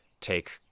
take